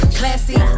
classy